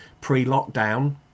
pre-lockdown